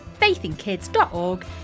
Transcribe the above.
faithinkids.org